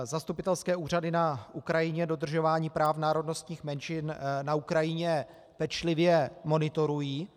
Zastupitelské úřady na Ukrajině dodržování práv národnostních menšin na Ukrajině pečlivě monitorují.